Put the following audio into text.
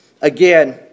Again